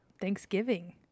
Thanksgiving